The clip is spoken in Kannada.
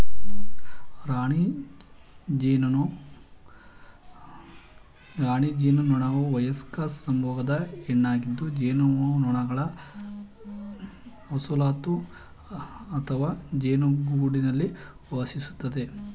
ರಾಣಿ ಜೇನುನೊಣವುವಯಸ್ಕ ಸಂಯೋಗದ ಹೆಣ್ಣಾಗಿದ್ದುಜೇನುನೊಣಗಳವಸಾಹತುಅಥವಾಜೇನುಗೂಡಲ್ಲಿವಾಸಿಸ್ತದೆ